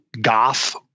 goth